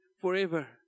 forever